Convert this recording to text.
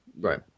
Right